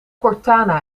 cortana